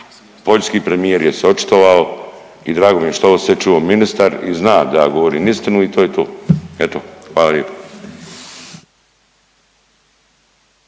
poljski premijer je se očitovao i drago mi je što je ovo sve čuo ministar i zna da ja govorim istinu i to je to. Eto, hvala lijepo.